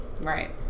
Right